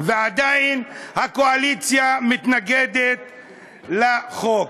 ועדיין הקואליציה מתנגדת לחוק.